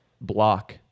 block